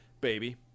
baby